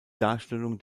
darstellung